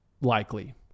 Likely